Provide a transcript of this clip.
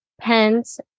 pens